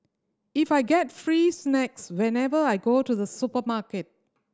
if I get free snacks whenever I go to the supermarket